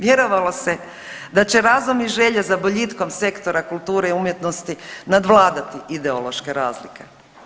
Vjerovalo se da će razum i želje za boljitkom sektora kulture i umjetnosti nadvladati ideološke razlike.